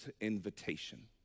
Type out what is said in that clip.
invitation